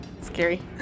scary